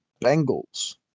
Bengals